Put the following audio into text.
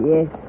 Yes